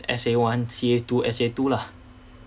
S_A_one C_A_two S_A_two lah